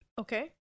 Okay